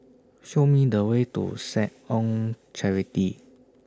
Show Me The Way to Seh Ong Charity